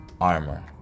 armor